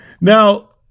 Now